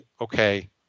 okay